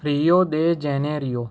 Rio de Janeiro